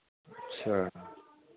अच्छा